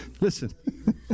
Listen